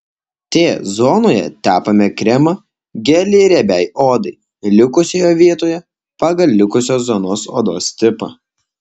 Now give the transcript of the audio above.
t zonoje tepame kremą gelį riebiai odai likusioje vietoje pagal likusios zonos odos tipą